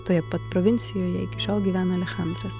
toje pat provincijoje iki šiol gyvena alechandras